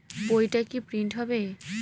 বইটা কি প্রিন্ট হবে?